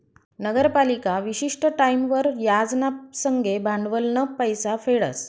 नगरपालिका विशिष्ट टाईमवर याज ना संगे भांडवलनं पैसा फेडस